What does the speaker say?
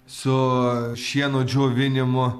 su šieno džiovinimu